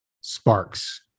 sparks